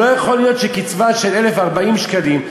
לא יכול להיות שקצבה של 1,040 שקלים,